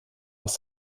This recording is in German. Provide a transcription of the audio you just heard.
aus